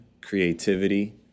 creativity